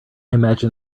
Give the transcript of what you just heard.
imagine